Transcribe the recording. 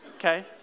Okay